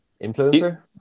influencer